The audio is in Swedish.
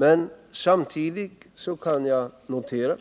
Men samtidigt kan det noteras